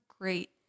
great